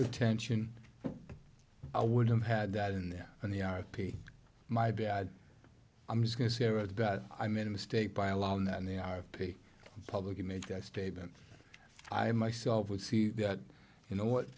attention i would have had that in there and the r p my bad i'm just going to hear about i made a mistake by allowing that and they are paid public image that statement i myself would see that you know what